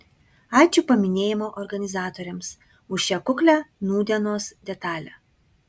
ačiū paminėjimo organizatoriams už šią kuklią nūdienos detalę